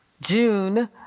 june